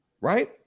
Right